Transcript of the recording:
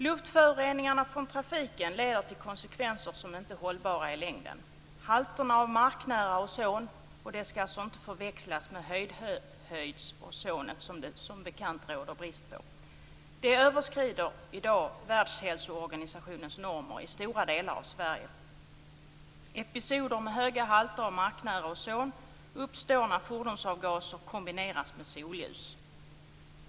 Luftföroreningarna från trafiken leder till konsekvenser som inte är hållbara i längden. Halterna av marknära ozon - det skall inte förväxlas med höghöjdsozonet som det som bekant råder brist på - överskrider i dag Världshälsoorganisationens normer i stora delar av Sverige. Episoder med höga halter av marknära ozon uppstår när fordonsavgaser kombineras med solljus.